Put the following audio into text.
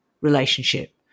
relationship